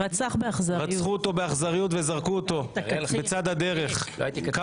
ואיך חברי כנסת או חבר כנסת אחד השתתף --- לימור